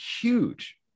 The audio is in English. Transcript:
huge